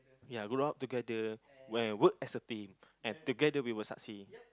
ya good job together when we work as a team and together we will succeed